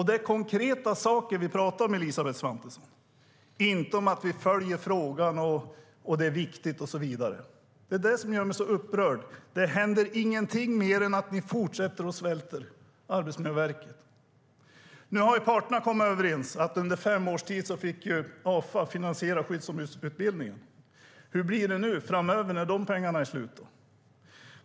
Det är konkreta saker vi pratar om, Elisabeth Svantesson, inte om att vi följer frågan, att det är viktigt och så vidare. Det är detta som gör mig så upprörd. Det händer ingenting mer än att ni fortsätter att svälta Arbetsmiljöverket. Nu har parterna kommit överens. Under fem års tid fick Afa finansiera skyddsombudsutbildningen. Hur blir det framöver, när de pengarna är slut?